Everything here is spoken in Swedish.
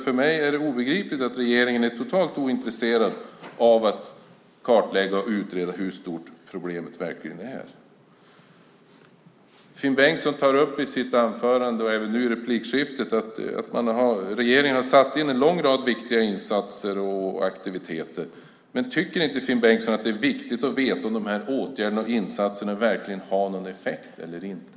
För mig är det obegripligt att regeringen är totalt ointresserad av att kartlägga och utreda hur stort problemet verkligen är. Finn Bengtsson tar i sitt anförande och även nu i replikskiftet upp att regeringen har satt in en lång rad viktiga insatser och aktiviteter. Men tycker inte Finn Bengtsson att det är viktigt att veta om de här åtgärderna och insatserna verkligen har någon effekt eller inte?